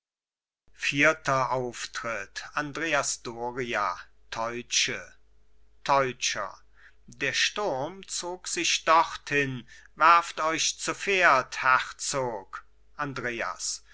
vierter auftritt andreas doria teutsche teutscher der sturm zog sich dorthin werft euch zu pferd herzog andreas